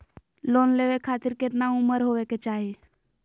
Loan लेवे खातिर केतना उम्र होवे चाही?